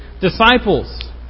disciples